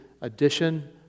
edition